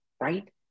right